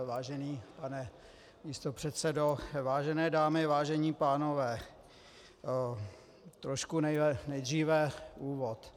Vážený pane místopředsedo, vážené dámy, vážení pánové, trošku nejdříve úvod.